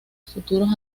futuros